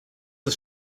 ist